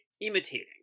imitating